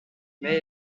mais